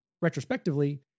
Retrospectively